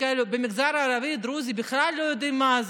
במגזר הערבי-דרוזי בכלל לא יודעים מה זה.